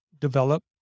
develop